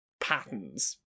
patterns